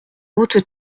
haute